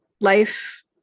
life